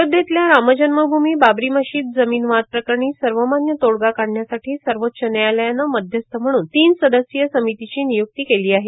अयोध्येतल्या रामजव्मभूमी बाबरी मशीद जमीन वाद प्रकरणी सर्वमान्य तोडगा काढण्यासाठी सर्वोच्च न्यायालयानं मध्यस्थ म्हणून तीन सदस्यीय समितीची निय्रक्ती केली आहे